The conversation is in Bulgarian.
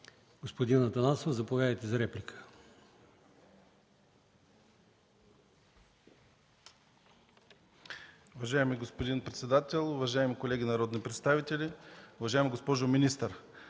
Господин Атанасов, заповядайте за реплика.